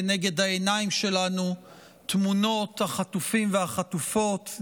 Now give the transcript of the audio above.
לנגד העיניים שלנו תמונות החטופים והחטופות.